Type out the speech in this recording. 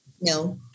No